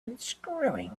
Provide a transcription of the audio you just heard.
unscrewing